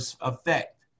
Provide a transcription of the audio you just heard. effect